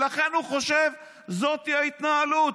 לכן הוא חושב שזאת ההתנהלות,